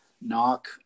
knock